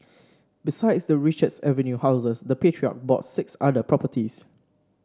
besides the Richards Avenue houses the patriarch bought six other properties